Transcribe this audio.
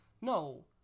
no